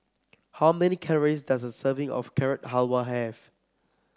how many calories does a serving of Carrot Halwa have